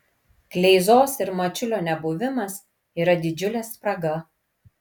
kleizos ir mačiulio nebuvimas yra didžiulė spraga